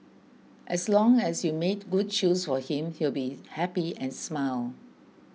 as long as you made good choose for him he will be happy and smile